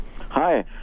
Hi